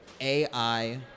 A-I